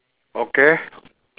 okay